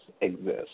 exist